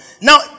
now